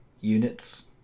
units